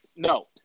No